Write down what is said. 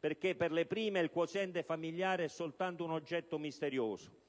perché, se per le prime il quoziente familiare è soltanto un oggetto misterioso,